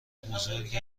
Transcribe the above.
بزرگی